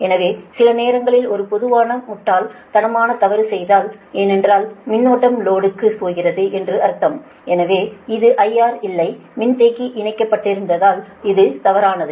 எனவே சில நேரங்களில் ஒரு பொதுவான முட்டாள் தனமான தவறு என்றால் மின்னோட்டம் லோடுக்கு போகிறது என்று அர்த்தம் இது IR இல்லை மின்தேக்கி இணைக்கப்பட்டிருந்தால் இது தவறானது